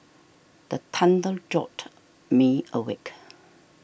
the thunder jolt me awake